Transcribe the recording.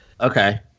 Okay